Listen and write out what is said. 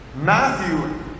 Matthew